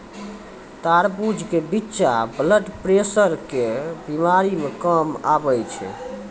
तरबूज के बिच्चा ब्लड प्रेशर के बीमारी मे काम आवै छै